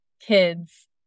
kids